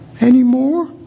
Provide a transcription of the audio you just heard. anymore